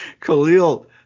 Khalil